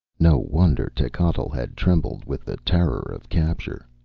no wonder techotl had trembled with the terror of capture.